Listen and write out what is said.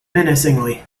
menacingly